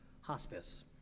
hospice